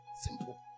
Simple